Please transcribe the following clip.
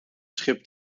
schip